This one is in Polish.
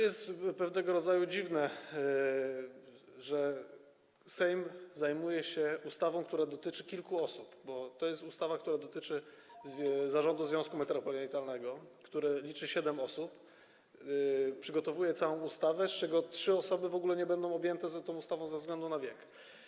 Jest to w pewnym sensie dziwne, że Sejm zajmuje się ustawą, która dotyczy kilku osób - bo to jest ustawa, która dotyczy zarządu związku metropolitalnego liczącego siedem osób - przygotowuje całą ustawę, choć z tego trzy osoby w ogóle nie będą objęte tą ustawą ze względu na wiek.